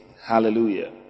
Hallelujah